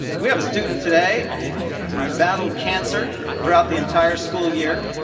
we have a student today who was battled cancer throughout the entire school year,